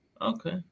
Okay